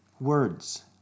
words